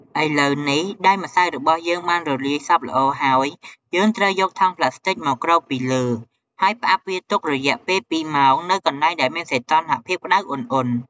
ឥឡូវនេះ ដោយម្សៅរបស់យើងបានរលាយសព្វល្អហើយ យើងត្រូវយកថង់ផ្លាស្ទិកមកគ្របពីលើ ហើយផ្អាប់វាទុករយៈពេល២ម៉ោងនៅកន្លែងដែលមានសីតុណ្ហភាពក្ដៅឧណ្ហៗ។